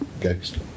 ghost